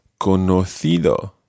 CONOCIDO